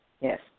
yes